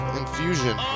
infusion